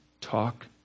talk